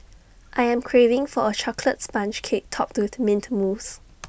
I am craving for A Chocolate Sponge Cake Topped with Mint Mousse